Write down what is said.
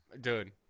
Dude